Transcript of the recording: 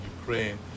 Ukraine